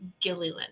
gilliland